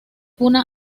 una